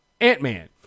Ant-Man